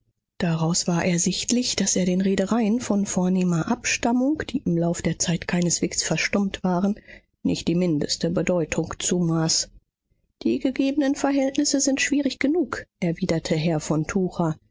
daraus war ersichtlich daß er den redereien von vornehmer abstammung die im lauf der zeit keineswegs verstummt waren nicht die mindeste bedeutung zumaß die gegebenen verhältnisse sind schwierig genug erwiderte herr von